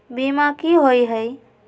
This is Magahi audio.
बीमा की होअ हई?